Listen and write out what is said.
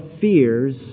fears